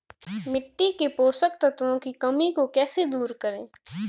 मिट्टी के पोषक तत्वों की कमी को कैसे दूर करें?